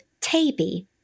TABY